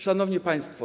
Szanowni Państwo!